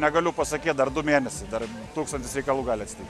negaliu pasakyt dar du mėnesiai dar tūkstantis reikalų gali atsitikt